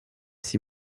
six